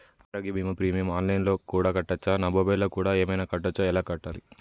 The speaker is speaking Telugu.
ఆరోగ్య బీమా ప్రీమియం ఆన్ లైన్ లో కూడా కట్టచ్చా? నా మొబైల్లో కూడా ఏమైనా కట్టొచ్చా? ఎలా కట్టాలి?